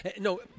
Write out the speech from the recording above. No